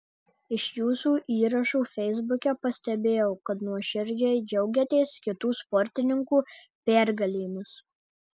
iš jūsų įrašų feisbuke pastebėjau kad nuoširdžiai džiaugiatės kitų sportininkų pergalėmis